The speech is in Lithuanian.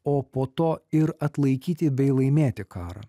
o po to ir atlaikyti bei laimėti karą